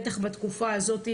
בטח בתקופה הזאת,